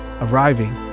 arriving